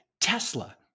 Tesla